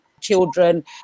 children